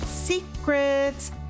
secrets